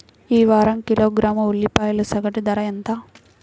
ఈ వారం కిలోగ్రాము ఉల్లిపాయల సగటు ధర ఎంత?